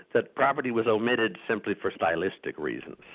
that property was omitted simply for stylistic reasons.